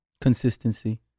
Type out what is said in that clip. Consistency